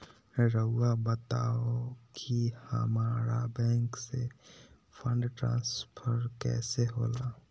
राउआ बताओ कि हामारा बैंक से फंड ट्रांसफर कैसे होला?